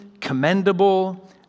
commendable